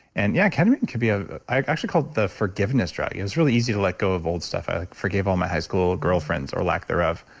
and yeah ketamine could be. ah i actually called the forgiveness drought. it was really easy to let go of old stuff. i forgive all my high school girlfriends or lack thereof.